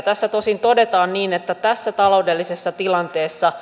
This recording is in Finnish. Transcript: tässä tosin todetaan niin että tässä taloudellisessa tilanteessa